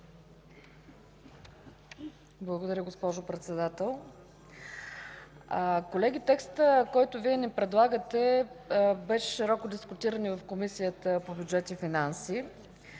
Благодаря, госпожо Председател. Колеги, текстът, който ни предлагате, беше широко дискутиран и в Комисията по бюджет и финанси.